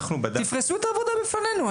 תפרסו את העבודה בפנינו.